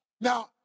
Now